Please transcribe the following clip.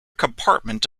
compartment